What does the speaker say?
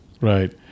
Right